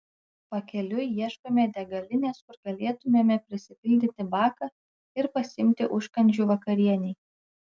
pakeliui ieškome degalinės kur galėtumėme prisipildyti baką ir pasiimti užkandžių vakarienei